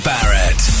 Barrett